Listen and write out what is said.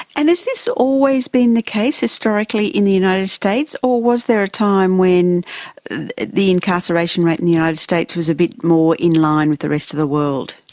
and has this always been the case historically in the united states, or was there a time when the incarceration rate in the united states was a bit more in line with the rest of the world?